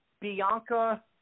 Bianca